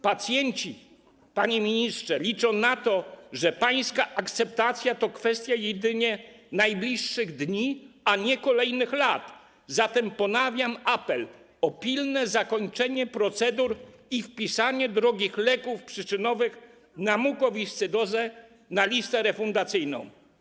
Pacjenci, panie ministrze, liczą na to, że pańska akceptacja to jedynie kwestia najbliższych dni, a nie kolejnych lat, zatem ponawiam apel o pilne zakończenie procedur i wpisanie drogich leków przyczynowych na mukowiscydozę na listę refundacyjną.